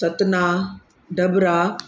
Satnam डॿिरा